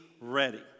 ready